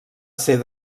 ser